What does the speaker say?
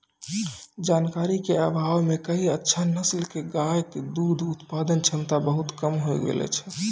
जानकारी के अभाव मॅ कई अच्छा नस्ल के गाय के दूध उत्पादन क्षमता बहुत कम होय गेलो छै